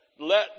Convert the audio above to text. Let